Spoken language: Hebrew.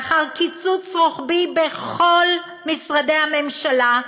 לאחר קיצוץ רוחבי בכל משרדי הממשלה,